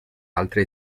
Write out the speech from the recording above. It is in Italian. altre